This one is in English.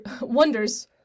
wonders